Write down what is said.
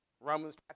Romans